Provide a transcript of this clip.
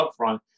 upfront